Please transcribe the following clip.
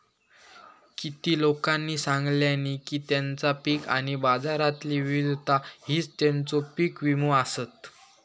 किती लोकांनी सांगल्यानी की तेंचा पीक आणि बाजारातली विविधता हीच तेंचो पीक विमो आसत